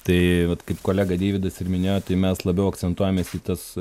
tai vat kaip kolega deividas ir minėjo tai mes labiau akcentuojamės į tas